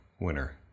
winner